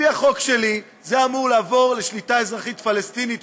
לפי החוק שלי זה אמור לעבור לשליטה אזרחית פלסטינית,